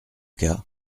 cas